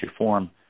reform